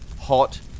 hot